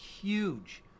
huge